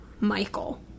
Michael